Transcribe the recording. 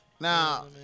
Now